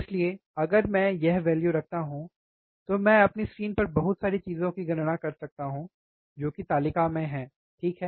इसलिए अगर मैं यह वैल्यु रखता हूं तो मैं अपनी स्क्रीन पर बहुत सारी चीजों की गणना कर सकता हूं जो कि तालिका में है ठीक है